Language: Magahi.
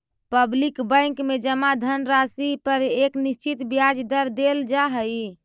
पब्लिक बैंक में जमा धनराशि पर एक निश्चित ब्याज दर देल जा हइ